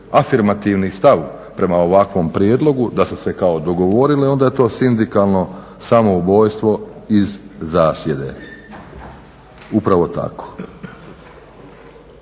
afirmativni stav prema ovakvom prijedlogu da su se kao dogovorile onda je to sindikalno samoubojstvo iz zasjede. Upravo tako.